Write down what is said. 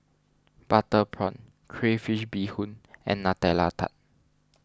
Butter Prawn Crayfish BeeHoon and Nutella Tart